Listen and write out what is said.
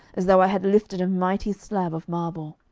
as though i had lifted a mighty slab of marble.